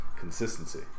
Consistency